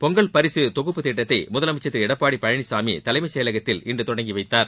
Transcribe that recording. பொங்கல் பரிசு தொகுப்பு திட்டத்தை முதலமைச்சர் திரு எடப்பாடி பழனிசாமி தலைமைச் செயலகத்தில் இன்று தொடங்கிவைத்தார்